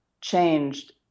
changed